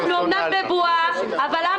אז אל תחרימו את ראש הממשלה באופן פרסונלי.